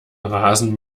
rasen